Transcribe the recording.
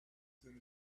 soon